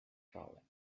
falling